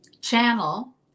channel